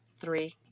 Three